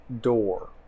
door